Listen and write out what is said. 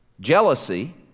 Jealousy